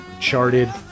charted